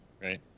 Right